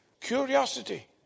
Curiosity